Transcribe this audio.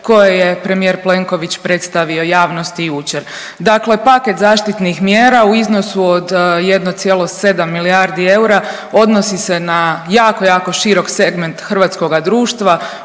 koje je premijer Plenković predstavio javnosti jučer. Dakle, paket zaštitnih mjera u iznosu od 1,7 milijardi eura odnosi se na jako, jako širok segment hrvatskoga društva